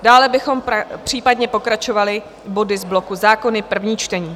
Dále bychom případně pokračovali body z bloku Zákony první čtení.